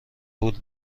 پول